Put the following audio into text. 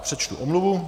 Přečtu omluvu.